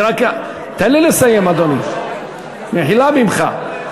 לא, הוא הצביע פעמיים.